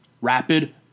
Rapid